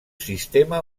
sistema